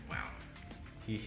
Wow